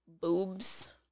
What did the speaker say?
boobs